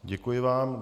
Děkuji vám.